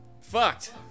Fucked